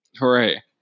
Hooray